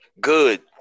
Good